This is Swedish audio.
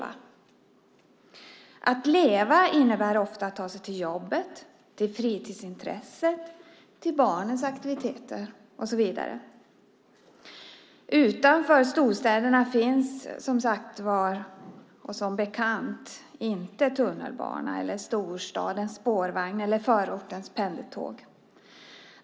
Att leva innebär ofta att ta sig till jobbet, till fritidsintressen, till barnens aktiviteter och så vidare. Utanför storstäderna finns som bekant inte tunnelbana, storstadens spårvagn eller förortens pendeltåg.